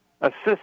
assist